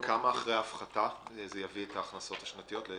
ולכמה זה יביא את ההכנסות השנתיות אחרי ההפחתה?